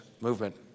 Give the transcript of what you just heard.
movement